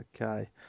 Okay